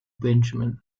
benjamin